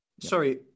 sorry